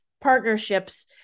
partnerships